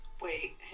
Wait